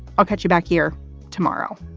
i'll catch you back here tomorrow